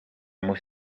moest